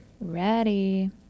Ready